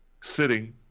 sitting